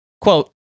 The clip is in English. quote